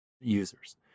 users